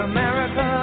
America